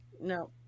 No